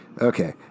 Okay